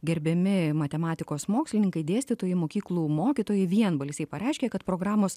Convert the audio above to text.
gerbiami matematikos mokslininkai dėstytojai mokyklų mokytojai vienbalsiai pareiškė kad programos